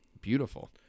beautiful